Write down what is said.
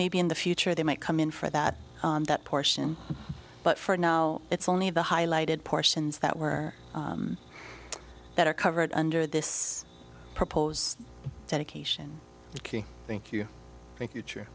maybe in the future they might come in for that that portion but for now it's only the highlighted portions that were that are covered under this proposed dedication thank you thank you